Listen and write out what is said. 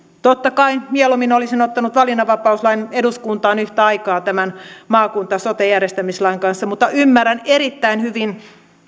totta kai mieluummin olisin ottanut valinnanvapauslain eduskuntaan yhtä aikaa tämän maakunta sote järjestämislain kanssa mutta ymmärrän erittäin hyvin